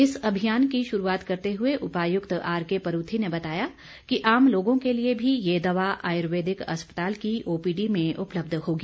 इस अभियान की शुरूआत करते हुए उपायुक्त आरकेपरूथी ने बताया कि आम लोगों के लिए भी ये दवा आयुर्वेदिक अस्पताल की ओपीडी में उपलब्ध होगी